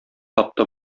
тапты